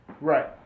Right